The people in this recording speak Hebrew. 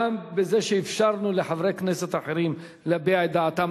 גם בזה שאפשרנו לחברי כנסת אחרים להביע את דעתם.